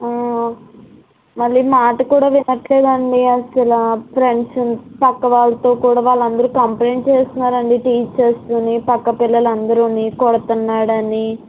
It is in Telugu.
మళ్ళీ మాట కూడా వినట్లేదండీ అసలు ఫ్రెండ్స్ని పక్క వాళ్ళతో కూడా వాల్లందరూ కంప్లయింట్ చేస్తున్నారు అండి టీచర్సునీ పక్కపిల్లలందరిని కొడుతన్నాడనీ